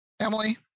Emily